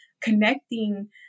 connecting